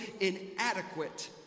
inadequate